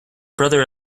brother